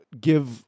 give